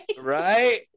Right